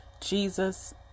Jesus